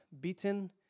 beaten